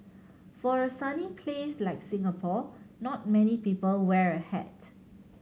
for a sunny place like Singapore not many people wear a hat